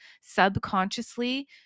subconsciously